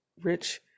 rich